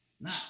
Now